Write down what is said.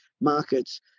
markets